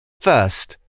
First